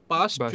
Past